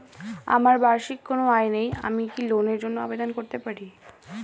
আমার বার্ষিক কোন আয় নেই আমি কি লোনের জন্য আবেদন করতে পারি?